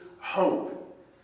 hope